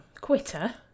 Quitter